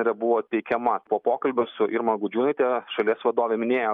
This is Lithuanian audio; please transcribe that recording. ir buvo teikiama po pokalbio su irma gudžiūnaite šalies vadovė minėjo